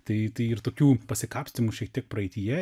tai tai ir tokių pasikapstymų šiek tiek praeityje